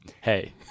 hey